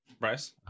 Bryce